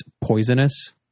poisonous